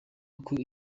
uko